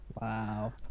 wow